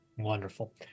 wonderful